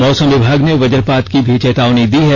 मौसम विभाग ने वज्रपात की भी चेतावनी दी है